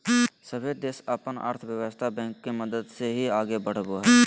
सभे देश अपन अर्थव्यवस्था बैंको के मदद से ही आगे बढ़ावो हय